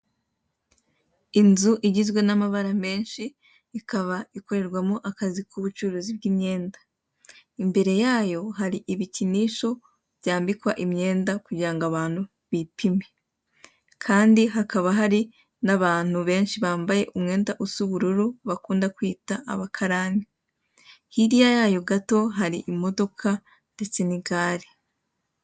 Inzu igizwe n'amabara menshi, ikaba ikorerwamo akazi k'ubucuruzi bw'imyenda. Imbere yayo hari ibikinisho byambikwa imyenda kugira ngo abantu bipime. Kandi hakaba hari n'abantu benshi bambaye umwenda usa ubururu bakunda kwita abakarani. Hirya yayo gato hari imodoka ndetse n'igare.